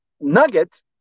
Nuggets